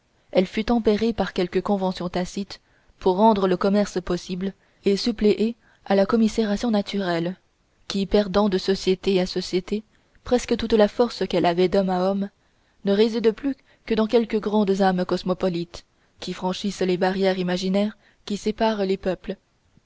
elle fut tempérée par quelques conventions tacites pour rendre le commerce possible et suppléer à la commisération naturelle qui perdant de société à société presque toute la force qu'elle avait d'homme à homme ne réside plus que dans quelques grandes âmes cosmopolites qui franchissent les barrières imaginaires qui séparent les peuples